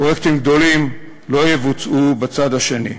פרויקטים גדולים לא יבוצעו בצד השני.